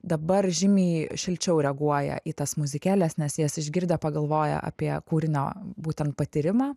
dabar žymiai šilčiau reaguoja į tas muzikėles nes jas išgirdę pagalvoja apie kūrinio būtent patyrimą